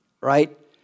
right